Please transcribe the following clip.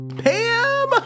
Pam